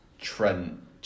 Trent